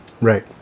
Right